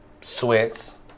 sweats